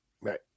Right